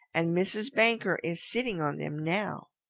and mrs. banker is sitting on them now.